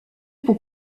pour